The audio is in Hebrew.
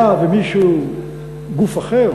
היה וגוף אחר